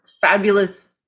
fabulous